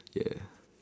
ya